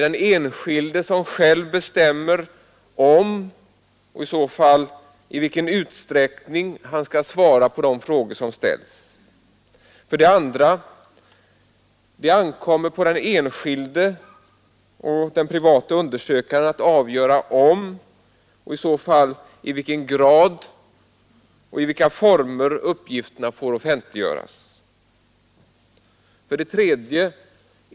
Den enskilde bestämmer själv om och i vilken utsträckning han skall svara på de frågor som ställs. 2. Det ankommer på den enskilde och på den private undersökaren att avgöra om och i så fall i vilken grad och vilka former uppgifterna får offentliggöras. 3.